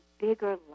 bigger